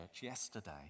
yesterday